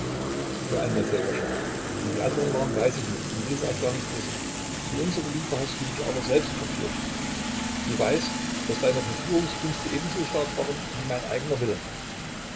hör einmal sserjoscha wie die andern waren weiß ich nicht und will es auch gar nicht wissen zu unserer liebe hast du mich aber selbst verführt du weißt daß deine verführungskünste ebenso stark waren wie mein eigener wille